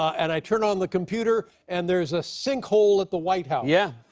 and i turn on the computer, and there is a sinkhole at the white house. yeah.